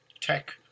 tech